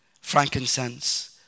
Frankincense